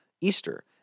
Easter